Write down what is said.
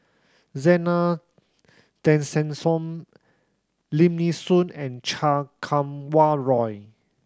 Zena Tessensohn Lim Nee Soon and Cha Kum Wah Roy